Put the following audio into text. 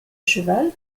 cheval